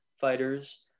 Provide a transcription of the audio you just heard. fighters